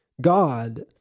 God